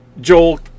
Joel